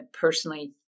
personally